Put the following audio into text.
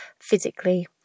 physically